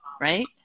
Right